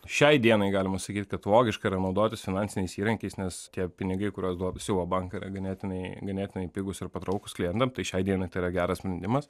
šiai dienai galima sakyti kad logiška yra naudotis finansiniais įrankiais nes tie pinigai kuriuos duoda siūlo bankai yra ganėtinai ganėtinai pigūs ir patrauklūs klientams tai šiai dienai tai yra geras sprendimas